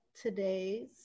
today's